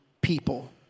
people